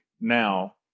now